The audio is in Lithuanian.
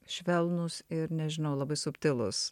švelnūs ir nežinau labai subtilūs